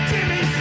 Jimmy